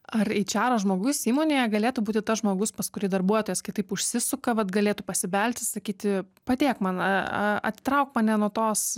ar eičeras žmogus įmonėje galėtų būti tas žmogus pas kurį darbuotojas kai taip užsisuka vat galėtų pasibelsti ir sakyti padėk man a a atitrauk mane nuo tos